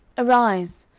arise,